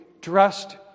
dressed